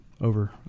over